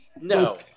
no